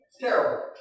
terrible